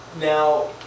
Now